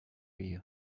you